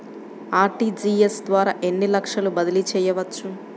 RTGS ద్వారా ఎన్ని లక్షలు బదిలీ చేయవచ్చు?